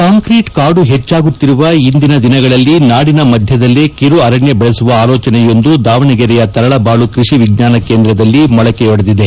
concrete ಕಾಡು ಹೆಚ್ಚಾಗುತ್ತಿರುವ ಇಂದಿನ ದಿನಗಳಲ್ಲಿ ನಾಡಿನ ಮಧ್ಯದಲ್ಲೆ ಕಿರುಅರಣ್ಯ ಬೆಳೆಸುವ ಆಲೋಚನೆಯೊಂದು ದಾವಣಗೆರೆಯ ತರಳಬಾಳು ಕೃಷಿ ವಿಜ್ಞಾನ ಕೇಂದ್ರದಲ್ಲಿ ಮೊಳಕೆಯೊಡೆದಿದೆ